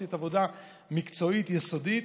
עשית עבודה מקצועית ויסודית,